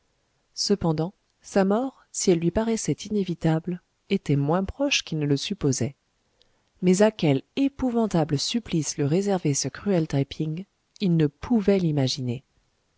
cependant sa mort si elle lui paraissait inévitable était moins proche qu'il ne le supposait mais à quel épouvantable supplice le réservait ce cruel taï ping il ne pouvait l'imaginer